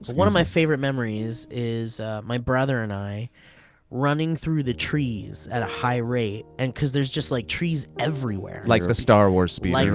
one of my favorite memories is my brother and i running though the trees at a high rate, and cause there's just like trees everywhere. like the star wars speeder.